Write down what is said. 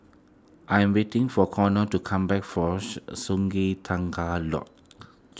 I am waiting for Konnor to come back force Sungei Tengah Lodge